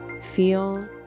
Feel